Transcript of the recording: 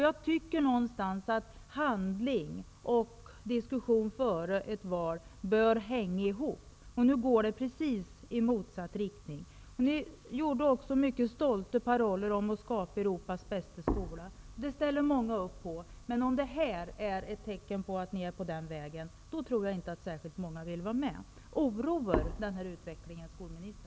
Jag tycker att diskussion före ett val och handling efter ett val bör hänga ihop. Nu går det precis i motsatt riktning. Ni hade också mycket stolta paroller om att vilja skapa Europas bästa skola. Det ställer många upp på. Är det här är ett tecken på vad ni är på väg att göra, tror jag inte att särskilt många vill vara med. Oroar den här utvecklingen skolministern?